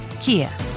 Kia